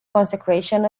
consecration